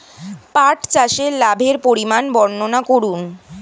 পাঠ চাষের লাভের পরিমান বর্ননা করুন?